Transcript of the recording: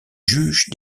juges